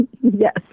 yes